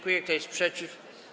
Kto jest przeciw?